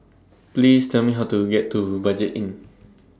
Please Tell Me How to get to Budget Inn